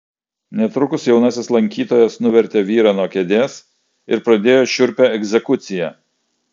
netrukus jaunasis lankytojas nuvertė vyrą nuo kėdės ir pradėjo šiurpią egzekuciją